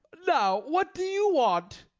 now what do you want?